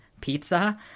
pizza